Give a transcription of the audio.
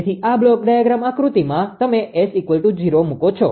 તેથી આ બ્લોક આકૃતિમાં તમે S૦ મુકો છો